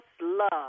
love